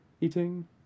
Eating